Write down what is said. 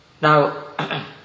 Now